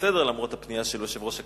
לסדר-היום למרות הפנייה שלי ליושב-ראש הכנסת,